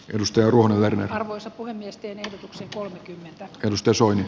edustajainhuoneen arvoisa puhemies teen ehdotuksen toimikin risto soine